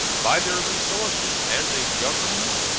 by their resources as a government,